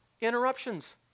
interruptions